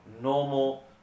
normal